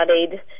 studied